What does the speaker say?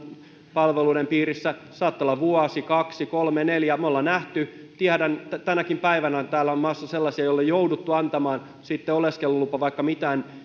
palveluiden piirissä he saattavat olla vuoden kaksi kolme neljä me olemme nähneet ja tiedän että tänäkin päivänä on täällä maassa sellaisia joille on jouduttu antamaan sitten oleskelulupa vaikka mitään